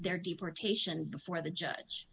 their deportation before the judge